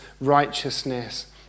righteousness